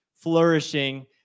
flourishing